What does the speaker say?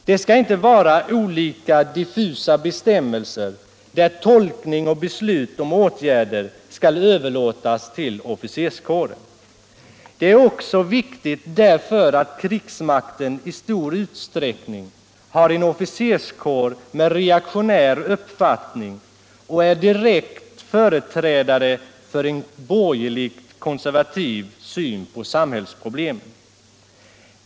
Det skall inte vara olika diffusa bestämmelser, där tolkning och beslut om åtgärder skall överlåtas till officerskåren. Detta är också viktigt därför att krigsmakten i stor utsträckning har en officerskår med reaktionär uppfattning som är direkt företrädare för en bor gerlig och konservativ syn på samhällsproblemen.